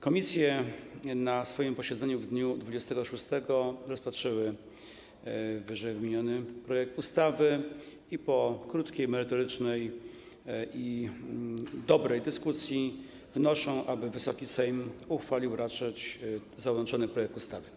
Komisje na swoim posiedzeniu w dniu 26 kwietnia rozpatrzyły ww. projekt ustawy i po krótkiej, merytorycznej i dobrej dyskusji wnoszą, aby Wysoki Sejm uchwalić raczył załączony projekt ustawy.